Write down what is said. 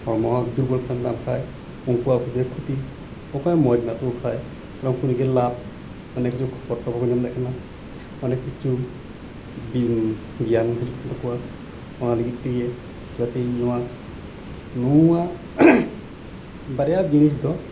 ᱦᱚᱲᱢᱚ ᱫᱩᱨᱵᱚᱞ ᱛᱮᱦᱮᱱ ᱛᱟᱢ ᱠᱷᱟᱱ ᱩᱱᱠᱩ ᱟᱠᱩ ᱛᱤᱜᱤ ᱠᱷᱚᱛᱤ ᱚᱠᱚᱭᱟᱜ ᱢᱚᱡ ᱢᱤᱱᱟ ᱛᱟᱹᱠᱩᱠᱷᱟᱱ ᱩᱱᱠᱩ ᱞᱟᱹᱜᱤᱫ ᱞᱟᱵᱽ ᱚᱱᱮᱠ ᱠᱤᱪᱷᱩ ᱠᱷᱚᱵᱚᱨ ᱴᱚᱵᱚᱨ ᱠᱩ ᱧᱟᱢ ᱫᱟᱲᱮ ᱠᱟᱱᱟ ᱚᱱᱮᱠ ᱠᱤᱪᱷᱩ ᱵᱤ ᱜᱤᱭᱟᱱ ᱦᱤᱡᱩᱜ ᱠᱟᱱ ᱛᱟᱹᱠᱩᱣᱟ ᱚᱱᱟ ᱞᱟᱹᱜᱤᱫ ᱛᱮᱜᱤ ᱛᱮᱦᱮᱧ ᱱᱚᱣᱟ ᱵᱟᱨᱭᱟ ᱡᱤᱱᱤᱥ ᱫᱚ